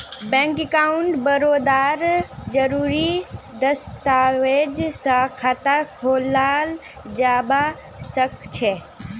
bank of बड़ौदात जरुरी दस्तावेज स खाता खोलाल जबा सखछेक